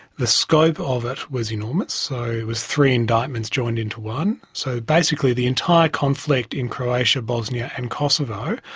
the scope of it was enormous, so it was three indictments joined into one. so basically the entire conflict in croatia, bosnia and kosovo,